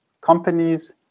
companies